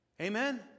amen